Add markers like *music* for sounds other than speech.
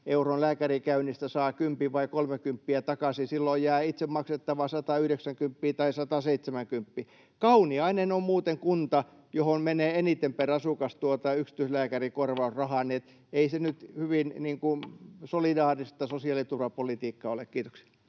euron lääkärikäynnistä saa kympin tai kolmekymppiä takaisin ja silloin jää itselle maksettavaa 190 tai 170. Kauniainen on muuten kunta, johon menee *noise* eniten per asukas tuota yksityislääkärin korvausrahaa, niin ei se nyt hyvin solidaarista sosiaaliturvapolitiikkaa ole. — Kiitokset.